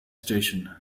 station